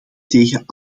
tegen